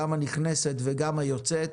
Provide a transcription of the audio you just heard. גם הנכנסת וגם היוצאת.